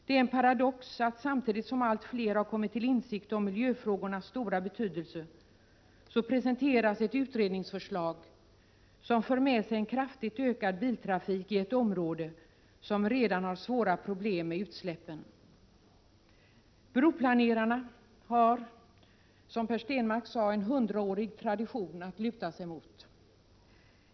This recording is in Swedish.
Det är en paradox att samtidigt som allt fler människor har kommit till insikt om miljöfrågornas stora betydelse presenteras ett utredningsförslag, som för med sig en kraftigt ökad biltrafik i ett område som redan har svåra problem med luftföroreningar. Broplanerarna har, som Per Stenmarck sade, en hundraårig tradition att luta sig emot.